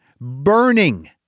burning